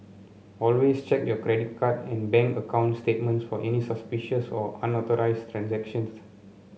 always check your credit card and bank account statements for any suspicious or unauthorised transactions